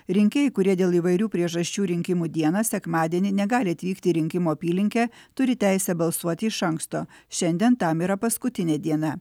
rinkėjai kurie dėl įvairių priežasčių rinkimų dieną sekmadienį negali atvykti į rinkimo apylinkę turi teisę balsuoti iš anksto šiandien tam yra paskutinė diena